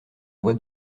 voie